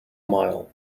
mile